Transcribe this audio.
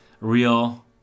real